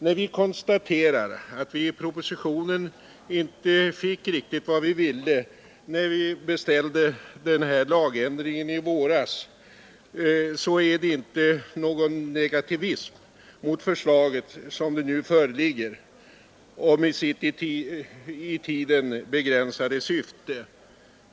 När vi konstaterar att vi i propositibnen inte fick riktigt vad vi ville när vi beställde den här lagändringen i våras, så är det inte någon negativism mot förslaget som det nu föreligger och med sitt i tiden begränsade syfte.